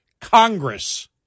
Congress